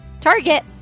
Target